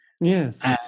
yes